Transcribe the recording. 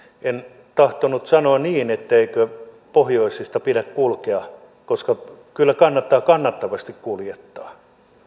en tahtonut sanoa niin etteikö pohjoisesta pidä kulkea koska kyllä kannattaa kannattavasti kuljettaa